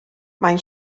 mae